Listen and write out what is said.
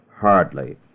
Hardly